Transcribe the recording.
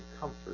comfort